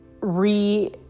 re-